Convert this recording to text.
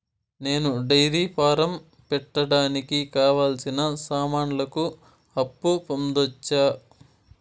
నేను dairy farm పెట్టడానికి కావాల్సిన సామాన్లకు అప్పు పొందొచ్చా?